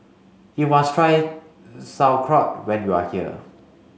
you must try Sauerkraut when you are here